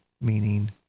Meaning